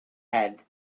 had